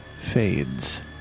fades